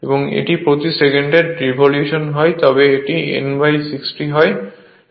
যদি এটি প্রতি সেকেন্ডে রেভলিউশন হয় তবে এটি N60 হয়